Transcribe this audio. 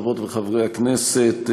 חברות וחברי הכנסת,